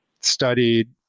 studied